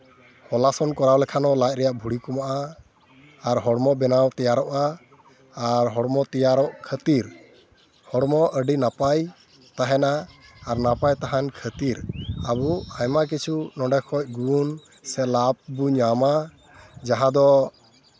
ᱦᱚᱞᱟᱥᱚᱱ ᱠᱚᱨᱟᱣ ᱞᱮᱠᱷᱟᱱ ᱦᱚᱸ ᱞᱟᱡ ᱨᱮᱭᱟᱜ ᱵᱷᱩᱲᱤ ᱠᱚᱢᱚᱜᱼᱟ ᱟᱨ ᱦᱚᱲᱢᱚ ᱵᱮᱱᱟᱣ ᱛᱮᱭᱟᱨᱚᱜᱼᱟ ᱟᱨ ᱦᱚᱲᱢᱚ ᱛᱮᱭᱟᱨᱚᱜ ᱠᱷᱟᱹᱛᱤᱨ ᱦᱚᱲᱢᱚ ᱟᱹᱰᱤ ᱱᱟᱯᱟᱭ ᱛᱟᱦᱮᱱᱟ ᱟᱨ ᱱᱟᱯᱟᱭ ᱛᱟᱦᱮᱱ ᱠᱷᱟᱹᱛᱤᱨ ᱟᱵᱚ ᱟᱭᱢᱟ ᱠᱤᱪᱷᱩ ᱱᱚᱰᱮᱠᱷᱚᱱ ᱵᱚᱱ ᱥᱮ ᱞᱟᱵᱷ ᱵᱚᱱ ᱧᱟᱢᱼᱟ ᱡᱟᱦᱟᱸ ᱫᱚ